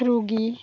রোগী